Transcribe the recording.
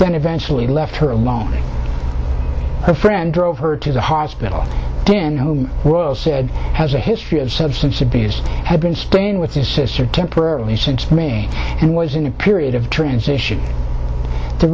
then eventually left her alone a friend drove her to the hospital then home said has a history of substance abuse had been staying with his sir temporarily since may and was in a period of transition the